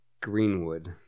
Greenwood